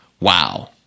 wow